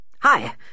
Hi